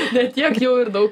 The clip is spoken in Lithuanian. ne tiek jau ir daug